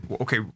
Okay